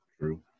True